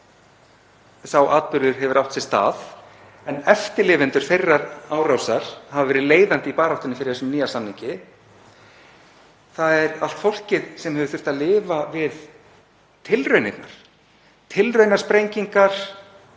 sem sá atburður hefur átt sér stað en eftirlifendur þeirrar árásar hafa verið leiðandi í baráttunni fyrir þessum nýja samningi — og þetta er allt fólkið sem hefur þurft að lifa við tilraunirnar. Tilraunasprengingar